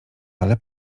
ale